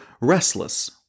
restless